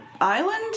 island